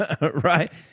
right